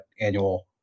annual